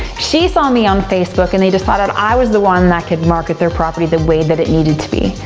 she saw me on facebook, and they decided i was the one that could market their property the way that it needed to be.